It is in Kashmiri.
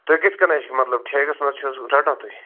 تُہۍ کِتھ کَنۍ حظ چھِ مطلب ٹھیکَس منٛز چھو حظ رٹان تُہۍ